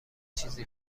چیزی